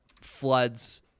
floods